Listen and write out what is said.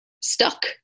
stuck